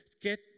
get